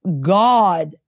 God